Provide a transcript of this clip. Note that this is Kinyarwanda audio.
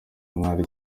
intwaro